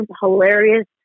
hilarious